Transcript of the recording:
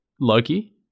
Loki